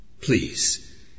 please